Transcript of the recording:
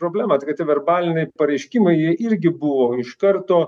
problemą tai kad tie verbaliniai pareiškimai jie irgi buvo iš karto